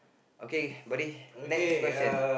okay buddy next question